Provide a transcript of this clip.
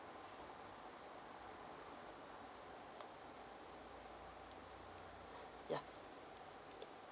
yeah